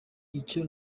icyo